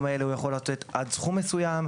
האלה כך שהוא יוכל לתת עד סכום מסוים.